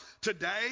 Today